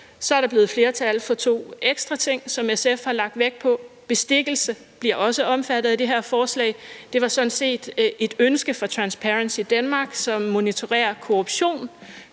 Så er der blevet flertal for to ekstra ting, som SF har lagt vægt på: Bestikkelse bliver også omfattet af det her forslag – det var sådan set et ønske fra Transparency Denmark, som monitorerer korruption